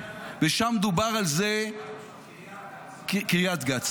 ושם דובר על זה --- קריית גת.